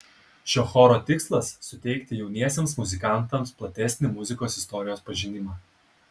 šio choro tikslas suteikti jauniesiems muzikantams platesnį muzikos istorijos pažinimą